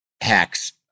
hacks